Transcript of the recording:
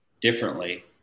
differently